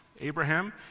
Abraham